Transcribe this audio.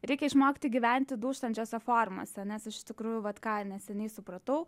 reikia išmokti gyventi dūžtančiose formose nes iš tikrųjų vat ką neseniai supratau